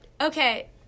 Okay